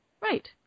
Right